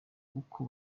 uko